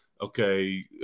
okay